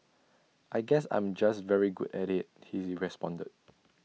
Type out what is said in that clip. I guess I'm just very good at IT he is responded